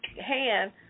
hand